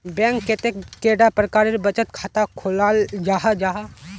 Bank कतेक कैडा प्रकारेर बचत खाता खोलाल जाहा जाहा?